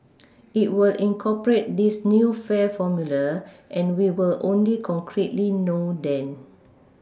it will incorporate this new fare formula and we will only concretely know then